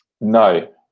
no